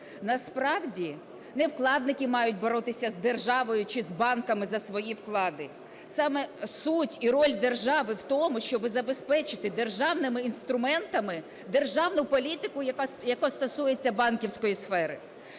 Насправді не вкладники мають боротися з державою чи з банками за свої вклади. Саме суть і роль держави в тому, щоб забезпечити державними інструментами державну політику, яка стосується банківської сфери.